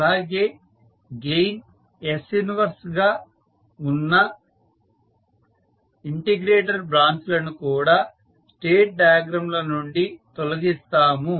అలాగే gain s 1 గా ఉన్న ఇంటిగ్రేటర్ బ్రాంచ్ లను కూడా స్టేట్ డయాగ్రమ్ ల నుండి తొలగిస్తాము